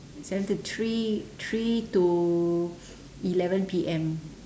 seven to three three to eleven P_M